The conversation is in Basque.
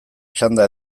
txanda